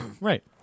Right